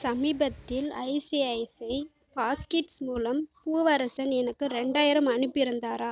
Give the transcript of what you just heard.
சமீபத்தில் ICIC pockets மூலம் பூவரசன் எனக்கு ரெண்டாயிரம் அனுப்பியிருந்தாரா